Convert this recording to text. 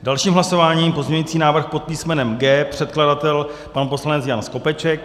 Další hlasování, pozměňující návrh pod písmenem G, předkladatel pan poslanec Jan Skopeček.